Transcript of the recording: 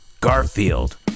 Garfield